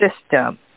system